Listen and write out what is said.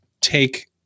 take